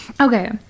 okay